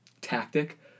tactic